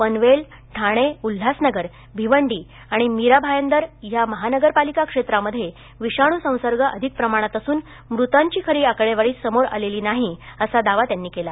पनवेल ठाणे उल्हासनगर भिवंडी आणि मीरा भायंदर या महानगरपालिका क्षेत्रांमधे विषाणू संसर्ग अधिक प्रमाणात असून मृतांची खरी आकडेवारी समोर आलेली नाही असा दावा त्यांनी केला